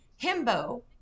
himbo